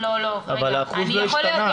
אבל האחוז לא השתנה.